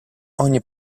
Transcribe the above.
ogni